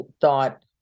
thought